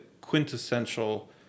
quintessential